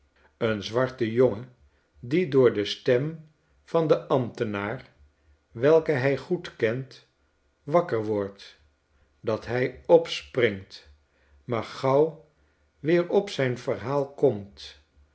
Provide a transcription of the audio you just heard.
een zwarte jongen die door de stem van den ambtenaar welke hij goed kent wakker wordt dat hij opspringt maar gauw weer op zijn verhaal komt